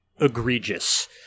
egregious